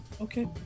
Okay